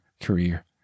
career